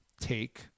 take